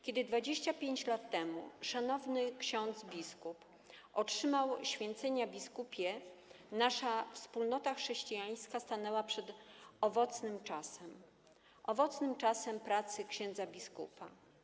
Kiedy 25 lat temu szanowny ksiądz biskup otrzymał święcenia biskupie, nasza wspólnota chrześcijańska stanęła przed owocnym czasem - owocnym czasem pracy księdza biskupa.